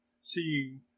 seeing